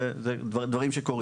אלו דברים שקורים.